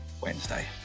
Wednesday